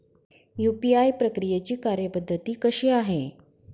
UPI प्रक्रियेची कार्यपद्धती कशी आहे?